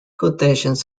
quotations